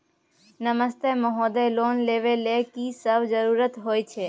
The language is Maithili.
नमस्ते महोदय, लोन लेबै के लेल की सब जरुरी होय छै?